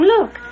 Look